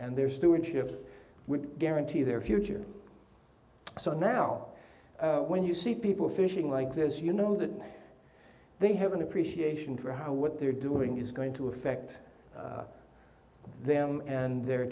and their stewardship would guarantee their future so now when you see people fishing like this you know that they have an appreciation for what they're doing is going to affect them and their